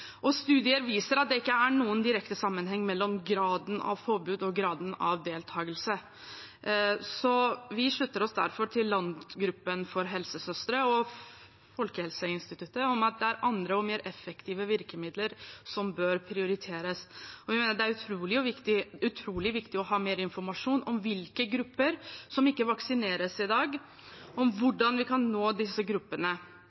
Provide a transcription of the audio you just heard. forslaget. Studier viser at det ikke er noen direkte sammenheng mellom graden av påbud og graden av deltakelse. Vi slutter oss derfor til Landsgruppen av helsesøstre og Folkehelseinstituttet, at det er andre og mer effektive virkemidler som bør prioriteres. Det er utrolig viktig å ha mer informasjon om hvilke grupper som ikke vaksinerer seg i dag, og om